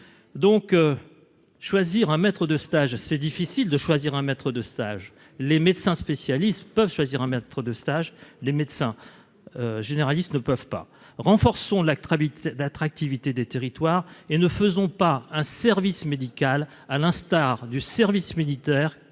donc choisir un maître de stage, c'est difficile de choisir un maître de stage, les médecins spécialistes peuvent choisir un maître de stage, les médecins généralistes ne peuvent pas renforçons la très vite d'attractivité des territoires et ne faisons pas un service médical, à l'instar du service militaire,